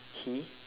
he